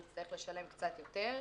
הוא הצטרך לשלם קצת יותר.